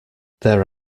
there